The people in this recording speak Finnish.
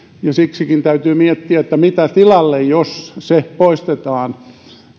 että siksikin täytyy miettiä mitä tilalle jos se poistetaan